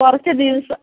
കുറച്ചു ദിവസം